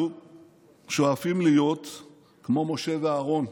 אנחנו שואפים להיות כמו משה ואהרון,